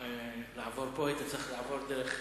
נחוקק.